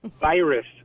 virus